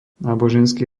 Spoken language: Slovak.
náboženský